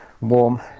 Warm